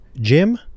Jim